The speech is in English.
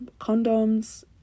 condoms